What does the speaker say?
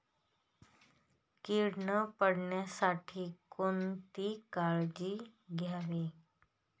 कीड न पडण्यासाठी कोणती काळजी घ्यावी?